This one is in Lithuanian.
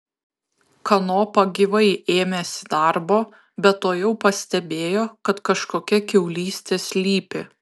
kanopa gyvai ėmėsi darbo bet tuojau pastebėjo kad kažkokia kiaulystė slypi